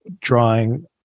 drawing